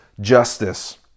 justice